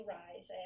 rise